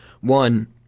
one